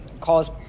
cause